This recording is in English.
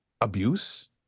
abuse